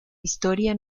historia